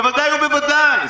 ודאי וודאי.